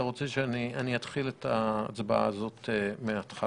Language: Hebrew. אתה רוצה שאני אתחיל את ההצבעה הזאת מההתחלה?